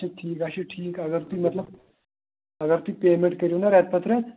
اَچھا ٹھیٖک اَچھا ٹھیٖک اگر تُہۍ مطلب اگر تُہۍ پیمٮ۪نٛٹ کٔرِو نا رٮ۪تہٕ پَتہٕ رٮ۪تہٕ